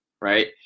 right